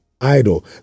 idle